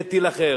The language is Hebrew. יהיה טיל אחר.